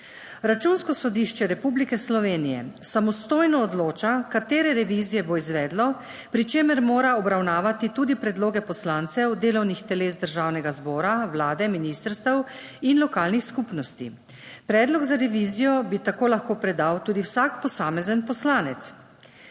Računsko sodišče Republike Slovenije samostojno odloča katere revizije bo izvedlo, pri čemer mora obravnavati tudi predloge poslancev, delovnih teles državnega zbora, vlade, ministrstev in lokalnih skupnosti; predlog za revizijo bi tako lahko predal tudi vsak posamezen poslanec.